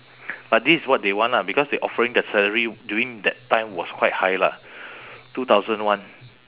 but this is what they want lah because they offering that salary during that time was quite high lah two thousand one